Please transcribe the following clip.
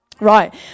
Right